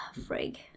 Frig